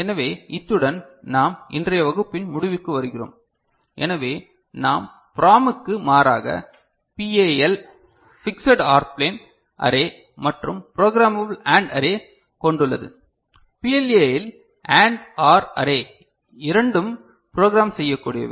எனவே இத்துடன் நாம் இன்றைய வகுப்பின் முடிவுக்கு வருகிறோம் எனவே நாம் PROMக்கு மாறாக PAL fixed OR plane array மற்றும் ப்ரோக்ராமபல் AND அரே கொண்டுள்ளது PLA ல் ANDOR அரே இரண்டும் ப்ரோக்ராம் செய்யக்கூடியவை